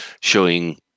showing